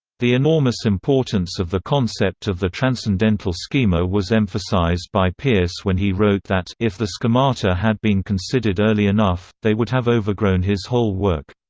the enormous importance of the concept of the transcendental schema was emphasized by peirce when he wrote that if the schemata had been considered early enough, they would have overgrown his whole work.